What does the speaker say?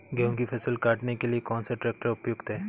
गेहूँ की फसल काटने के लिए कौन सा ट्रैक्टर उपयुक्त है?